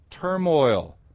turmoil